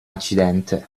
accidente